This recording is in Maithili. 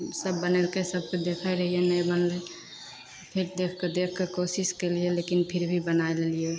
सभ बनेलकै सभके देखै रहिए नहि बनलै फेर देखि देखिके कोशिश केलिए लेकिन फिर भी बनै लेलिए